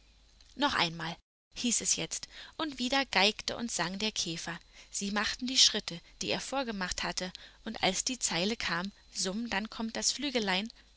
noch einmal hieß es jetzt und wieder geigte und sang der käfer sie machten die schritte die er vorgemacht hatte und als die zeile kam summ dann kommt das flügelein